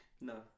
no